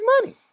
money